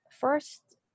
first